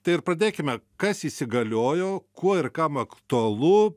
tai ir pradėkime kas įsigaliojo kuo ir kam aktualu